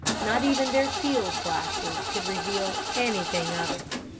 not even their field glasses could reveal anything of it.